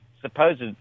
supposed